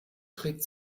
trägt